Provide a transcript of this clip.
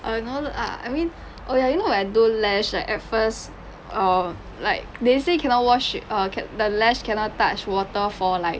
err no lah I mean oh ya you know when I do lash like at first err like they say cannot wash err ca~ the lash cannot touch water for like